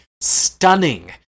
stunning